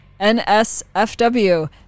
NSFW